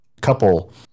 couple